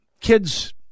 kids